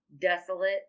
desolate